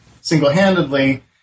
single-handedly